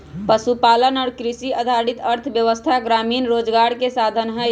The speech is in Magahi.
पशुपालन और कृषि आधारित अर्थव्यवस्था ग्रामीण रोजगार के साधन हई